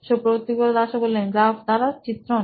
Supratibh Das C T ও নোইন electronics graph দ্বারা চিত্রন